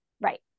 Right